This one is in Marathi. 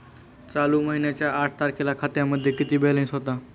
चालू महिन्याच्या आठ तारखेला खात्यामध्ये किती बॅलन्स होता?